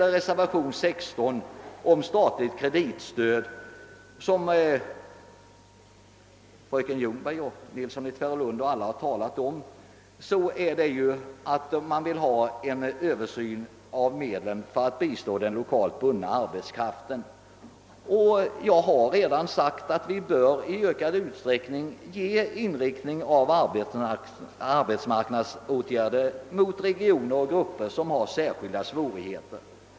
I reservationen 16 om ett statligt kreditstöd, som bl.a. fröken Ljungberg och herr Nilsson i Tvärålund har talat om, krävs en översyn av de arbetsmarknadspolitiska medlen för att bistå den lokalt bundna arbetskraften. Jag har redan framhållit att arbetsmarknadsåtgärderna bör inriktas på regioner och grupper som har särskilda svårigheter.